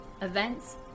events